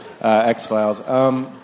X-Files